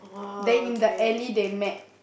then in the alley they met